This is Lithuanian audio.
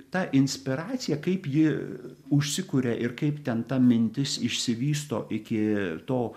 ta inspiracija kaip ji užsikuria ir kaip ten ta mintis išsivysto iki to